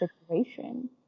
situation